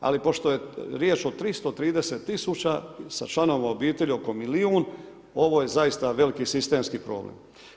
Ali pošto je riječ o 330 000 sa članovima obitelji oko milijun, ovo je zaista veliki sistemski problem.